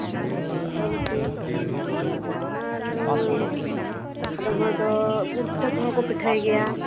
ᱫᱟᱹᱞ ᱩᱛᱩ ᱟᱨᱻ ᱟᱫᱚᱢ ᱦᱚᱲ ᱫᱚ ᱜᱩᱲ ᱯᱤᱴᱷᱟᱹ ᱠᱚᱦᱚᱸ ᱠᱚ ᱯᱤᱴᱷᱟᱹᱭ ᱜᱮᱭᱟ